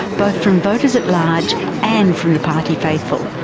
both from voters at large and from the party faithful,